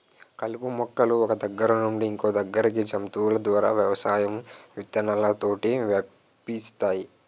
కలుపు మొక్కలు ఒక్క దగ్గర నుండి ఇంకొదగ్గరికి జంతువుల ద్వారా వ్యవసాయం విత్తనాలతోటి వ్యాపిస్తాయి